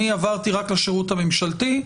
אני עברתי רק לשירות הממשלתי,